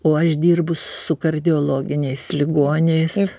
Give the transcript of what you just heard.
o aš dirbu su kardiologiniais ligoniais